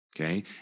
Okay